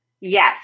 yes